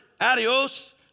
adios